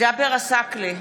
ג'אבר עסאקלה,